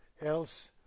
else